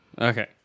Okay